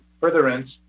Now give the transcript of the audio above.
furtherance